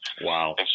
Wow